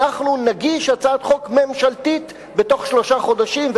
אנחנו נגיש הצעת חוק ממשלתית בתוך שלושה חודשים,